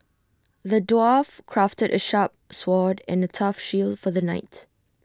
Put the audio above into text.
the dwarf crafted A sharp sword and A tough shield for the knight